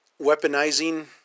weaponizing